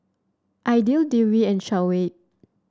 Aidil Dewi and Shoawi